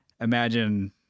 imagine